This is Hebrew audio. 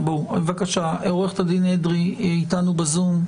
עורכת הדין אדרי איתנו בזום.